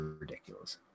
ridiculous